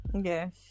Yes